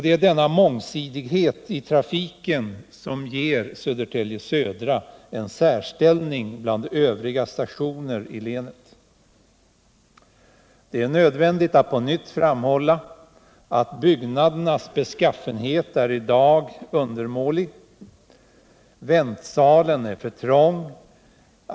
Det är denna mångsidighet i trafiken som ger Södertälje Södra en särställning bland övriga stationer i länet. Det är nödvändigt att på nytt framhålla att byggnadernas beskaffenhet i dag är undermålig. Väntsalen är för trång.